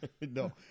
No